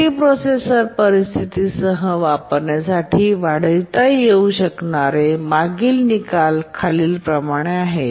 multiprocessor परिस्थिती सह वापरण्यासाठी वाढविता येऊ शकणारे मागील निकाल खालीलप्रमाणे आहेत